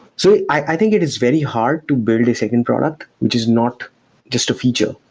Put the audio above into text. so i think it is very hard to build a second product, which is not just a feature,